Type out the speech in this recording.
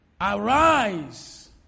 Arise